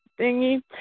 thingy